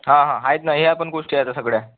हा हा आहेत ना या पण गोष्टी आहेत सगळ्या